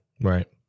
Right